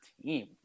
team